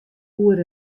oer